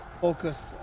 focus